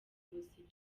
ubuzima